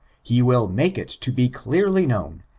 he will make it to be clearly known,